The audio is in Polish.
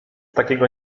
takiego